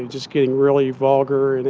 just getting really vulgar,